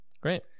Great